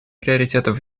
приоритетов